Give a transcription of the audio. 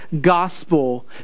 gospel